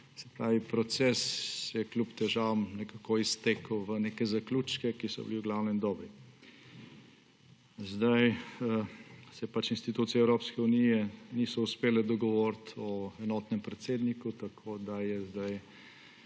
Se pravi, proces se je kljub težavam nekako iztekel v neke zaključke, ki so bili v glavnem dobri. Zdaj se institucije Evropske unije niso uspele dogovoriti o enotnem predsedniku, tako da je zdaj